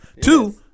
Two